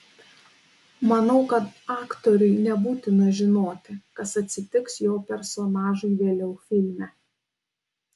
manau kad aktoriui nebūtina žinoti kas atsitiks jo personažui vėliau filme